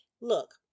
Look